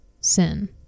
sin